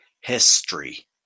history